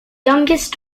youngest